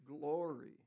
glory